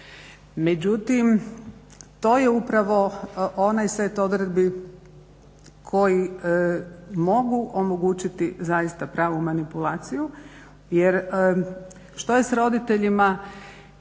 Međutim to je upravo onaj set odredbi koji mogu omogućiti zaista pravu manipulaciju jer što je s roditeljima